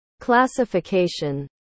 classification